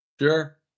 Sure